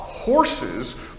Horses